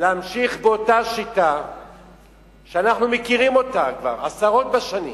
להמשיך באותה שיטה שאנחנו מכירים אותה כבר עשרות בשנים,